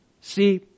See